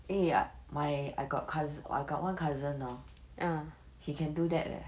ah my I got cousi~ I got one cousin hor he can do that